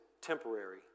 temporary